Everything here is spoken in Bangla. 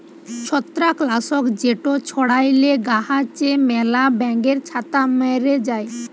ছত্রাক লাসক যেট ছড়াইলে গাহাচে ম্যালা ব্যাঙের ছাতা ম্যরে যায়